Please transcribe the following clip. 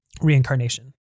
reincarnation